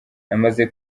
namaze